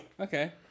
Okay